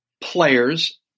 players